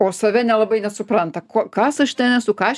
o save nelabai net supranta ko kas aš ten esu ką aš